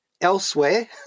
elsewhere